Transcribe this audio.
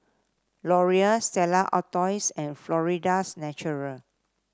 Laurier Stella Artois and Florida's Natural